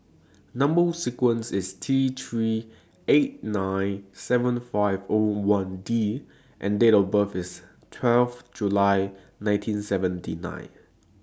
Number sequence IS T three eight nine seven five O one D and Date of birth IS twelve July nineteen seventy nine